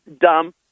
dumb